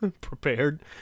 prepared